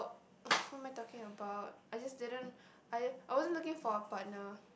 oh what am I taking about I just didn't I I wasn't looking for a partner